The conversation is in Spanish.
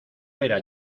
era